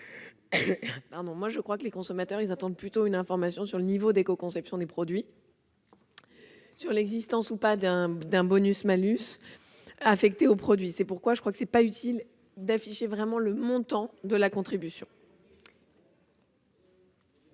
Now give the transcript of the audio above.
Je crois que les consommateurs attendent plutôt une information sur le niveau d'éco-conception des produits ou sur l'existence ou non d'un bonus-malus affecté aux produits. C'est pourquoi, je le répète, il me semble inutile d'afficher le montant de cette contribution.